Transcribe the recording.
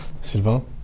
Sylvain